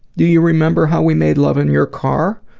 do you remember how we made love in your car?